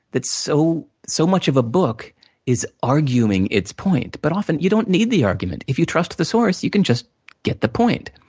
that so so much of a book is arguing its point, but often, you don't need the argument. if you trust the source, you can just get the point.